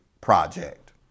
project